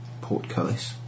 portcullis